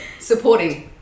Supporting